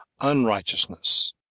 unrighteousness